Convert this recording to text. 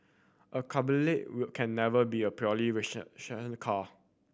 a cabriolet will can never be a purely rational car